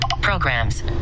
programs